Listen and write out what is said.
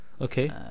Okay